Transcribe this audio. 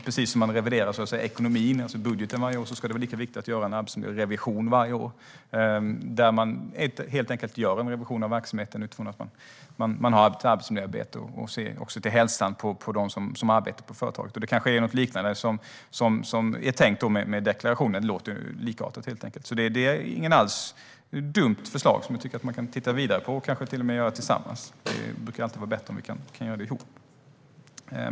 Precis som man reviderar budgeten varje år ska det vara viktigt att man gör en arbetsmiljörevision varje år, där man helt enkelt gör en revision av verksamheten utifrån att man har ett arbetsmiljöarbete, och även ser till hälsan hos dem som arbetar på företaget. Det kanske är något liknande som är tanken med deklarationer. Det låter likartat. Det är alltså inte alls ett dumt förslag, och jag tycker att man kan titta vidare på det. Vi kanske till och med kan göra det tillsammans. Det brukar alltid vara bättre om vi kan samarbeta.